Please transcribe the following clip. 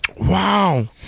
Wow